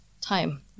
time